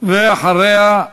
ואחריה,